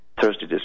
Thursday